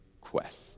quest